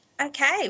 Okay